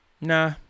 Nah